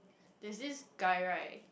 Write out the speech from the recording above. there's this guy right